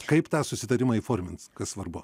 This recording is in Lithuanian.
kaip tą susitarimą įformins kas svarbu